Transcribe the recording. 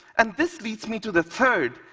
and this leads me to the third,